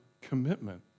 commitment